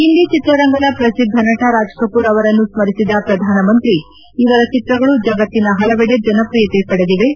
ಹಿಂದಿ ಚಿತ್ರರಂಗದ ಪ್ರಸಿದ್ದ ನಟ ರಾಜ್ಕಪೂರ್ ಅವರನ್ನು ಸ್ಲರಿಸಿದ ಪ್ರಧಾನಮಂತ್ರಿ ಇವರ ಚಿತ್ರಗಳು ಜಗತ್ತಿನ ಹಲವೆಡೆ ಜನಪ್ರಿಯತೆ ಪಡೆದಿವೆ